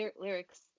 lyrics